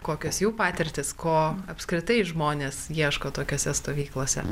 kokios jų patirtys ko apskritai žmonės ieško tokiose stovyklose